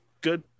good